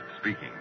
speaking